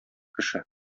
кеше